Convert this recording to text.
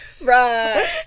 Right